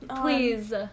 Please